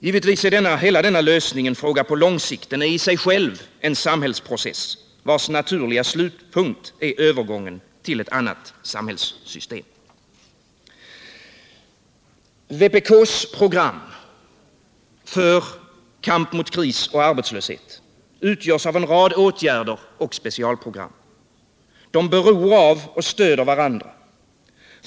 Givetvis är hela denna lösning en fråga på sikt — den är i sig själv en samhällsprocess, vars naturliga slutpunkt är övergången till ett annat samhällssystem. Vpk:s program för kamp mot kris och arbetslöshet utgörs av en rad åtgärder och specialprogram. Dessa beror av och stöder varandra.